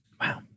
Wow